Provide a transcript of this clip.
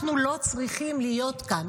אנחנו לא צריכים להיות כאן.